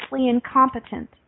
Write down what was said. incompetent